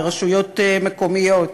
לרשויות מקומיות,